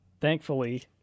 thankfully